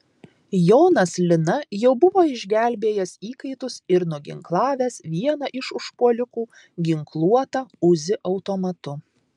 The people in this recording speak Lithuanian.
jonas lina jau buvo išgelbėjęs įkaitus ir nuginklavęs vieną iš užpuolikų ginkluotą uzi automatu